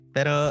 Pero